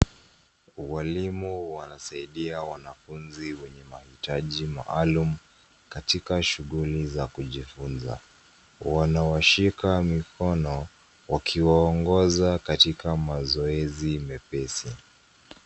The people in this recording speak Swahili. Walimu wanasaidia wanafunzi wenye mahitaji maalum katiika shughuli za kujifunza. Wanawashika mikono wakiwaongoza katika mazoezi mepesi.